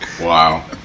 Wow